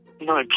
no